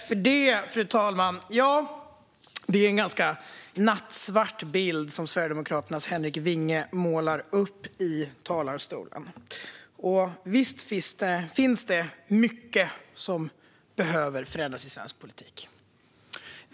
Fru talman! Det är en ganska nattsvart bild som Sverigedemokraternas Henrik Vinge målar upp i talarstolen. Visst finns det mycket som behöver förändras i svensk politik.